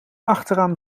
achteraan